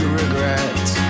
regrets